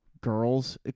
girls